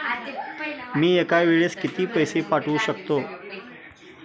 मी एका वेळेस किती पैसे पाठवू शकतो?